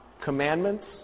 Commandments